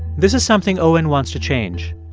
this is something owen wants to change.